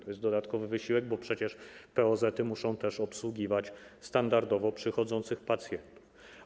To jest dodatkowy wysiłek, bo przecież POZ muszą one obsługiwać standardowo przychodzących pacjentów.